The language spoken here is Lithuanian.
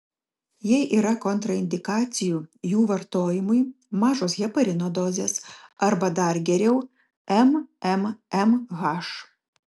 jei yra kontraindikacijų jų vartojimui mažos heparino dozės arba dar geriau mmmh